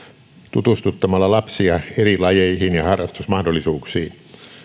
tutustuttamalla lapsia eri lajeihin ja ja harrastusmahdollisuuksiin